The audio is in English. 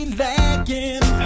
lagging